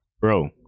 bro